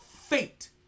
fate